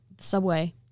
subway